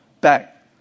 back